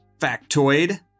factoid